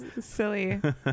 silly